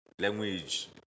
language